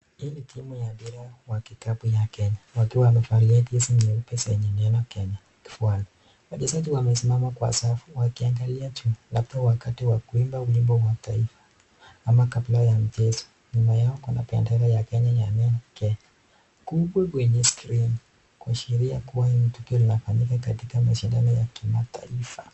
Hii ni timu ya mpira wa kikapu ya Kenya wakiwa wamevalia jezi nyeupe zenye neno Kenya kifuani. Wachezaji wamesimama kwa safu wakiangalia juu labda wakati wa kuimba wimbo wa taifa ama kabla ya mchezo. Nyuma yao kuna bendera ya Kenya ya neno Kenya kubwa kwenye skrini kwa kuashiria kuwa hili ni tukio la kufanyika katika mashindano ya kimataifa.